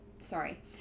Sorry